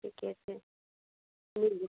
ठीके छै मिल जेतै